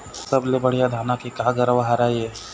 सबले बढ़िया धाना के का गरवा हर ये?